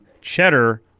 cheddar